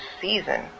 season